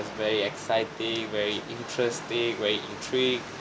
it's very exciting very interesting very intrigue